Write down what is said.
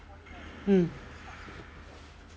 mm